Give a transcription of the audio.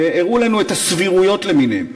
הראו לנו את הסבירויות למיניהן,